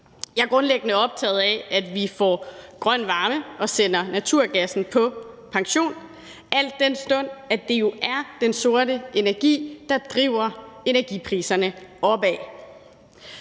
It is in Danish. Jeg er grundlæggende optaget af, at vi får grøn varme og sender naturgassen på pension, al den stund at det jo er den sorte energi, der driver energipriserne opad.